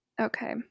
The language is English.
Okay